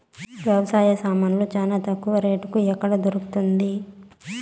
వ్యవసాయ సామాన్లు చానా తక్కువ రేటుకి ఎక్కడ దొరుకుతుంది?